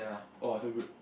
oh so good